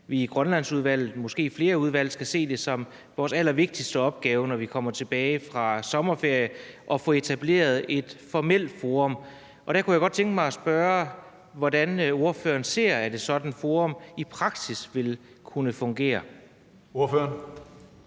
vi i Grønlandsudvalget og måske flere udvalg skal se det som vores allervigtigste opgave, når vi kommer tilbage fra sommerferie, at få etableret et formelt forum. Der kunne jeg godt tænke mig at spørge, hvordan ordføreren ser at et sådant forum i praksis vil kunne fungere. Kl.